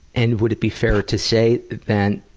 and would it be fair to say, then,